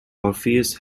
orpheus